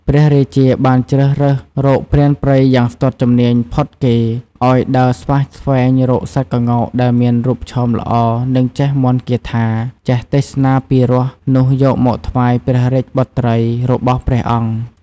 ព្រះរាជាបានជ្រើសរើសរកព្រានព្រៃយ៉ាងស្ទាត់ជំនាញផុតគេ ឱ្យដើរស្វះស្វែងរកសត្វក្ងោកដែលមានរូបឆោមល្អនិងចេះមន្ដគាថា ចេះទេសនាពីរោះនោះយកមកថ្វាយព្រះរាជបុត្រីរបស់ព្រះអង្គ។